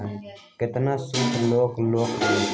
केतना सूद लग लक ह?